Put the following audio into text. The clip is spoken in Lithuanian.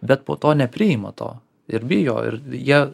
bet po to nepriima to ir bijo ir jie